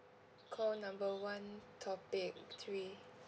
call number one topic three